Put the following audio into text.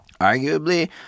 Arguably